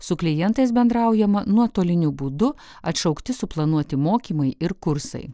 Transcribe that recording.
su klientais bendraujama nuotoliniu būdu atšaukti suplanuoti mokymai ir kursai